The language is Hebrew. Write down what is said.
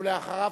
ואחריו,